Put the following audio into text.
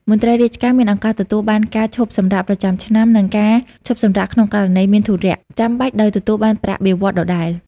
មន្ត្រីរាជការមានឱកាសទទួលបានការឈប់សម្រាកប្រចាំឆ្នាំ និងការឈប់សម្រាកក្នុងករណីមានធុរៈចាំបាច់ដោយទទួលបានប្រាក់បៀវត្សរ៍ដដែល។